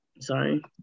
Sorry